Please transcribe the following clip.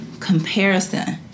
comparison